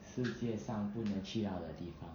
世界上不能去到的地方